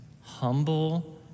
humble